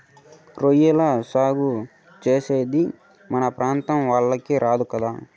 రొయ్యల సాగు చేసేది మన ప్రాంతం వాళ్లకి రాదు కదా